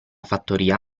fattoria